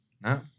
No